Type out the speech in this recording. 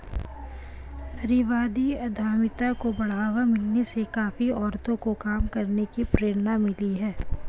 नारीवादी उद्यमिता को बढ़ावा मिलने से काफी औरतों को काम करने की प्रेरणा मिली है